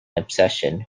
obsession